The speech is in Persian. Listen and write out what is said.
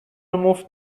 مفت